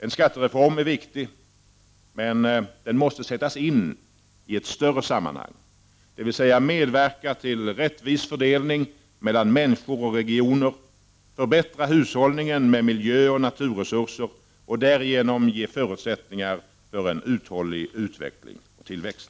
En skattereform är viktig, men den måste sättas in i ett större sammanhang, dvs. medverka till rättvis fördelning mellan människor och regioner, förbättra hushållningen med miljöoch naturresurser och därigenom ge förutsättningar för en uthållig utveckling och tillväxt.